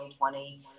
2020